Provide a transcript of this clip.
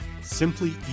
simply